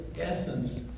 essence